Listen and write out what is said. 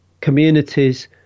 communities